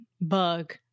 bug